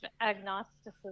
agnosticism